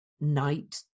night